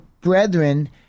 brethren